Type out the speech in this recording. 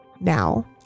now